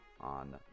on